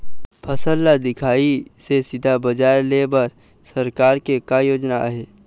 फसल ला दिखाही से सीधा बजार लेय बर सरकार के का योजना आहे?